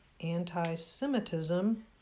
anti-Semitism